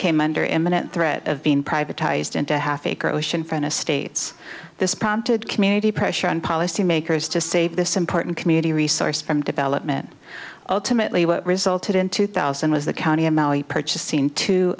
came under imminent threat of being privatized into half acre oceanfront estates this prompted community pressure on policymakers to save this important community resource from development ultimately what resulted in two thousand was the county of purchasing two